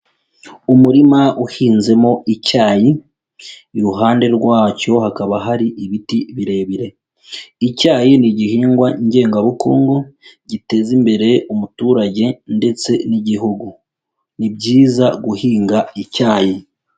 Umurima uhinzemo icyayi, iruhande rwacyo hakaba hari ibiti birebire. Icyayi ni igihingwa ngengabukungu, giteza imbere umuturage ndetse n'igihugu. Ni byiza guhinga icyayi.